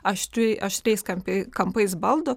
aštriai aštriais kemp kampais baldų